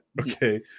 Okay